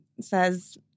says